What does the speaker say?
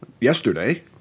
yesterday